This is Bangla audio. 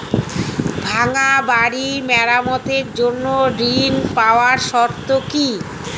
ভাঙ্গা বাড়ি মেরামতের জন্য ঋণ পাওয়ার শর্ত কি?